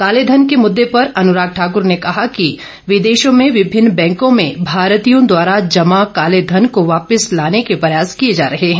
काले धन के मुद्दे पर अनुराग ठाकुर ने कहा कि कि विदेशों में विभिन्न बैंकों में भारतीयों द्वारा जमा काले धन को वापस लाने के प्रयास किए जा रहे हैं